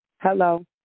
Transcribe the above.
Hello